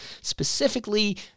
specifically